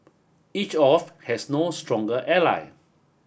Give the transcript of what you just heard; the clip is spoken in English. each of has no stronger ally